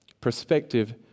Perspective